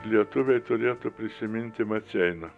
lietuviai turėtų prisiminti maceiną